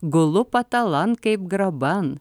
gulu patalan kaip graban